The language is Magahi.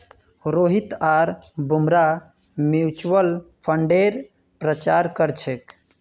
रोहित आर भूमरा म्यूच्यूअल फंडेर प्रचार कर छेक